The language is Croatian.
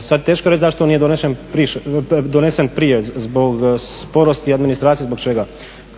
Sad teško je reći zašto on nije donesen prije, zbog sporosti administracije, zbog čega?